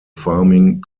farming